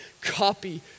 Copy